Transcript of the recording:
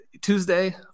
Tuesday